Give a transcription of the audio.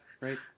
right